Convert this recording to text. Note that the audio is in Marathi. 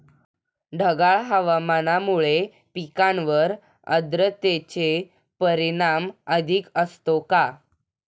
ढगाळ हवामानामुळे पिकांवर आर्द्रतेचे परिणाम अधिक असतो का?